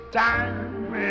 time